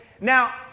Now